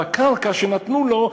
בקרקע שנתנו לו,